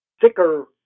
thicker